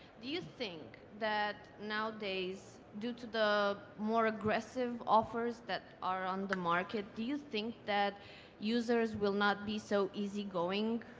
do you think that nowadays, due to the more aggressive offers that are on the market, do you think that users will not be so easygoing,